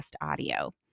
audio